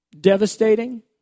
devastating